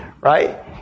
right